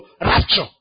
rapture